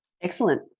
Excellent